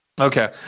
Okay